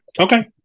Okay